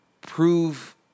prove